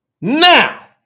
Now